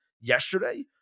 yesterday